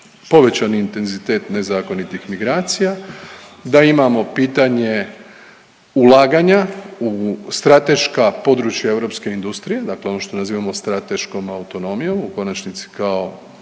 povećani intenzitet nezakonitih migracija, da imamo pitanje ulaganja u strateška područja europske industrije, dakle ono što nazivamo strateškom autonomijom u konačnici kao